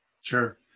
sure